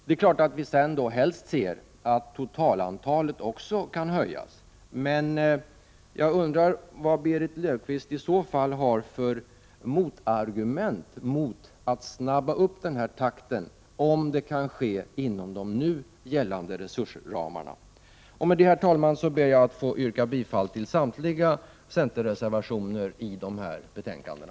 Det är klart att vi helst ser att totalantalet kan ökas, men jag undrar vad Berit Löfstedt i så fall har för motargument mot att takten ökas om det kan ske inom de nu gällande resursramarna. Med detta ber jag, herr talman, att få yrka bifall till samtliga centerreservationer i dessa betänkanden.